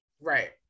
Right